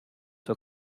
zur